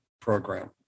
program